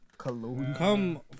Come